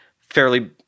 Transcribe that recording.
fairly –